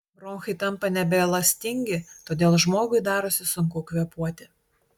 bronchai tampa nebeelastingi todėl žmogui darosi sunku kvėpuoti